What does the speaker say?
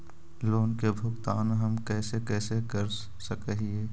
Loan के भुगतान हम कैसे कैसे कर सक हिय?